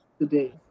today